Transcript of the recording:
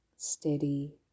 steady